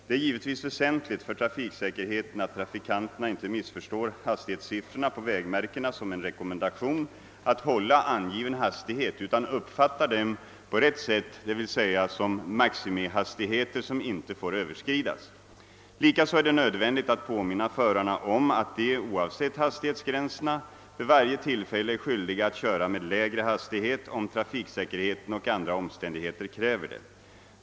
Det är givetvis väsentligt för trafiksäkerheten att trafikanterna inte missförstår hastighetssiffrorna på vägmärkena som en rekommendation att hålla angiven hastighet utan uppfattar dem på rätt sätt, d. v. s. som maximihastigheter som inte får överskridas. Likaså är det nödvändigt att påminna förarna om att de, oavsett hastighetsgränserna, vid varje tillfälle är skyldiga att köra med lägre hastighet, om trafiksäkerheten och andra omständigheter kräver det.